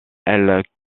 elle